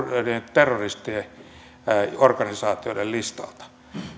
terroristiorganisaatioiden listalta